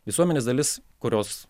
visuomenės dalis kurios